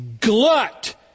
glut